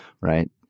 Right